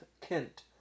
Kent